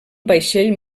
vaixell